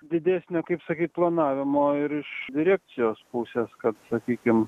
didesnio kaip sakyt planavimo ir iš direkcijos pusės kad sakykim